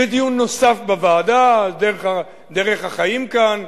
יהיה דיון נוסף בוועדה, על דרך החיים כאן.